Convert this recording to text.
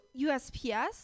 USPS